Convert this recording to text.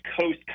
Coast